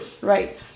Right